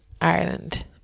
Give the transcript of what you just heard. Ireland